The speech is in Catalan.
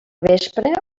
vespre